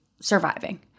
surviving